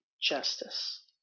justice